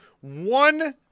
One